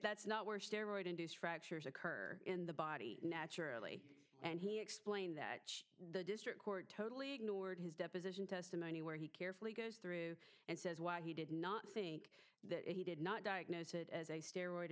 that's not where steroids induced fractures occur in the body naturally and he explained that the district court totally ignored his deposition testimony where he carefully goes through and says why he did not think that he did not diagnose it as a steroid